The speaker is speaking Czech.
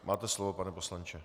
Máte slovo, pane poslanče.